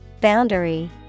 Boundary